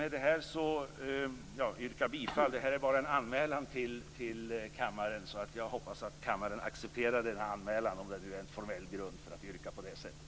Dagens betänkande är en anmälan till kammaren. Jag hoppas att kammaren accepterar denna anmälan - om det finns en formell grund att yrka på det sättet.